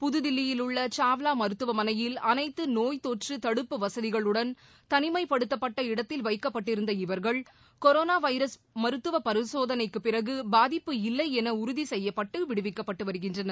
புதுதில்லியில் உள்ளசாவ்லாமருத்துவமனையில் அனைத்துநோய்தொற்றுதடுப்பு வசதிகளுடன் தனிமைப்படுத்தப்பட்ட இடத்தில் வைக்கப்பட்டிருந்த இவர்கள் கொரனோவைரஸ் மருத்துவப் பரிசோதனைக்குப் பிறகுபாதிப்பு இல்லைஎனஉறுதிசெய்யப்பட்டுவிடுவிக்கப்பட்டுவருகின்றனர்